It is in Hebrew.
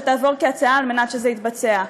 שתעבור כהצעה על מנת שזה יתבצע.